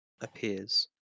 appears